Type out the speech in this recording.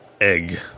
egg